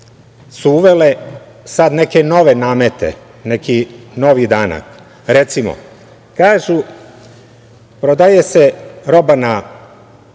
su uvele sada neke nove namete, neki novi danak. Recimo, kažu prodaje se roba na